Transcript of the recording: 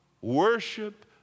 worship